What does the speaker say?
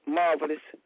marvelous